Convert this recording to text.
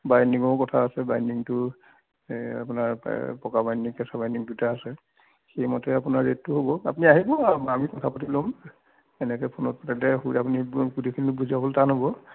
বাইণ্ডিংৰো কথা আছে বাইণ্ডিংটো এই আপোনাৰ পকা বাইণ্ডিং কেঁচা বাইণ্ডিং দুয়োটা আছে সেইমতে আপোনাৰ ৰেটতো হ'ব আপুনি আহিব আমি কথা পাতি ল'ম এনেকৈ ফোনত সুধিলে আপুনি গোটেইখিনি বুজাবলৈ টান হ'ব